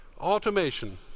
Automation